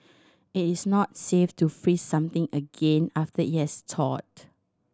it is not safe to freeze something again after it has thawed